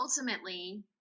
ultimately